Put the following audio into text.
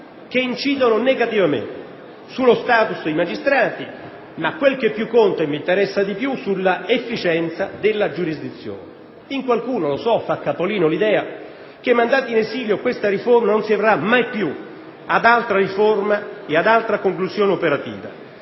che incidono negativamente sullo *status* dei magistrati, ma, quel che più conta e m'interessa di più, sull'efficienza della giurisdizione. In qualcuno, lo so, fa capolino l'idea che, mandata in esilio questa riforma, non si arriverà mai più ad altra riforma e ad altra conclusione operativa,